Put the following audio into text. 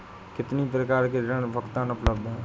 कितनी प्रकार के ऋण भुगतान उपलब्ध हैं?